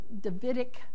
Davidic